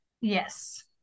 Yes